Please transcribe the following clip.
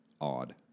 odd